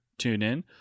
TuneIn